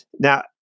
now